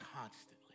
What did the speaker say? constantly